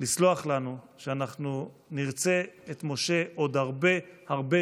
לסלוח לנו שאנחנו נרצה את משה עוד הרבה הרבה